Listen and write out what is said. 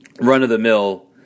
run-of-the-mill